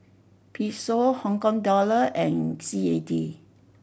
Peso Hong Kong Dollar and C A D